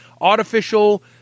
artificial